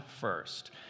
first